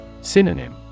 Synonym